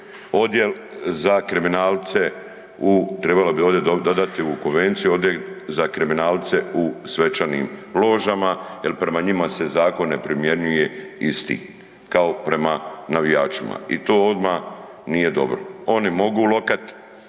odjel za kriminalce, trebalo bi ovdje dodati u konvenciju, odjel za kriminalce u svečanim ložama jer prema njima se zakon ne primjenjuje isti kao prema navijačima i to odmah nije dobro. Oni mogu lokat